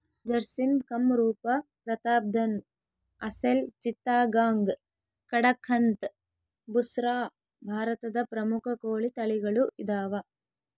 ಜರ್ಸಿಮ್ ಕಂರೂಪ ಪ್ರತಾಪ್ಧನ್ ಅಸೆಲ್ ಚಿತ್ತಗಾಂಗ್ ಕಡಕಂಥ್ ಬುಸ್ರಾ ಭಾರತದ ಪ್ರಮುಖ ಕೋಳಿ ತಳಿಗಳು ಇದಾವ